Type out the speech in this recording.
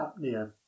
apnea